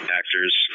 actor's